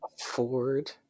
afford